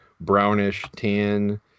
brownish-tan